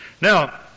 Now